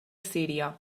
síria